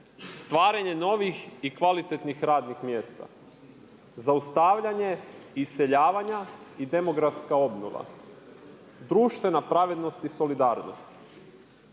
stvaranje novih i kvalitetnih radnih mjesta, zaustavljanje iseljavanja i demografska obnova, društvena pravednost i solidarnost.